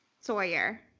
Sawyer